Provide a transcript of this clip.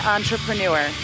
Entrepreneur